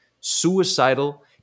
suicidal